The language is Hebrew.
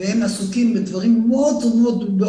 והם עסוקים בדברים באונס,